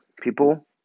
people